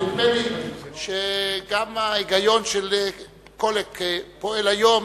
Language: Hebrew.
נדמה לי שגם ההיגיון של קולק פועל היום,